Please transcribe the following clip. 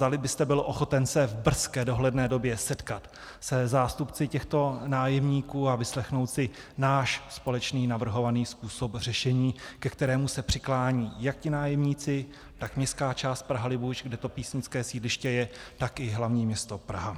Zdali byste byl ochoten se v brzké dohledné době setkat se zástupci těchto nájemníků a vyslechnout si náš společný navrhovaný způsob řešení, ke kterému se přiklánějí jak ti nájemníci, tak městská část PrahaLibuš, kde to písnické sídliště je, tak i hl. město Praha.